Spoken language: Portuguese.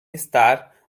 estar